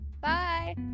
Bye